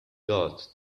got